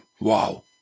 wow